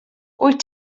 wyt